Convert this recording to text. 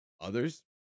others